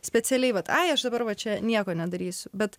specialiai vat ai aš dabar va čia nieko nedarysiu bet